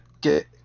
get